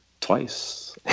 twice